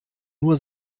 nur